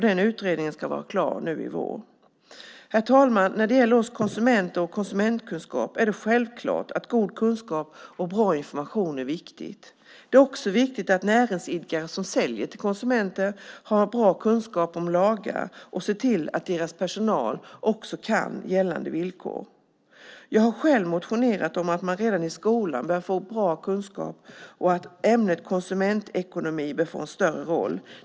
Den utredningen ska vara klar nu i vår. Herr talman! När det gäller oss konsumenter och konsumentkunskap är det självklart att god kunskap och bra information är viktigt. Det är också viktigt att näringsidkare som säljer till konsumenter har bra kunskap om lagar och ser till att deras personal känner till gällande villkor. Jag har själv motionerat om att man redan i skolan bör få bra kunskap och att ämnet konsumentekonomi bör få en större roll.